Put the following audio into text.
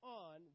on